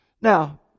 Now